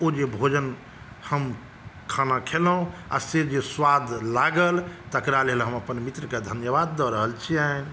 ओ जे भोजन हम खाना खेलहुॅं आ से जे स्वाद लागल तकरा लेल हम अपन मित्र के धन्यवाद दऽ रहल छियनि